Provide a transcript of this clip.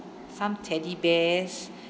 some teddy bears